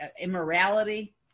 immorality